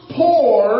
poor